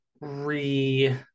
re